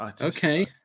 Okay